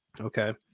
Okay